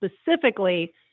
specifically